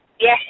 Yes